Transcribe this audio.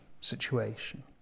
situation